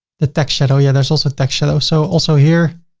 the text shadow. yeah. there's also text shadow. so also here,